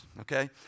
okay